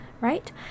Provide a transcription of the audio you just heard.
right